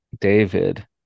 david